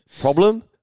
Problem